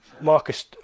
Marcus